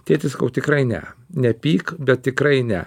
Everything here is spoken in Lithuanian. tėti sakau tikrai ne nepyk bet tikrai ne